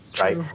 right